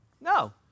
No